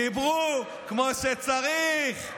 דיברו כמו שצריך.